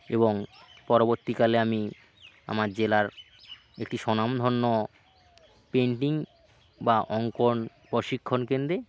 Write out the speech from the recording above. এবং পরবর্তীকালে আমি আমার জেলার একটি স্বনামধন্য পেন্টিং বা অঙ্কন প্রশিক্ষণ কেন্দ্রে